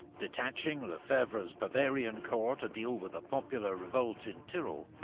detaching lefebvre's bavarian corps to deal with a popular revolt in tyrol,